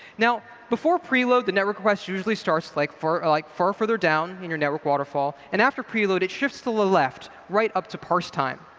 now before preload, the network request usually starts like far like far further down in your network waterfall, and after preload it shifts to the left, right up to parse time,